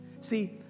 See